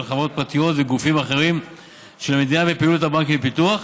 חברות פרטיות וגופים אחרים של המדינה בפעילות הבנקים לפיתוח,